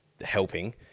helping